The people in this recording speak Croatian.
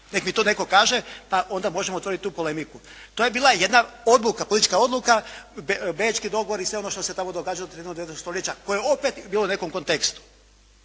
Nek mi to netko kaže, pa onda možemo otvoriti tu polemiku. To je bila jedna odluka, politička odluka, Bečki dogovor i sve ono što se tamo događalo …/Govornik se ne razumije./… koje je opet bilo u nekom kontekstu.